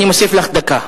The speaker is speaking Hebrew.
אני מוסיף לך דקה.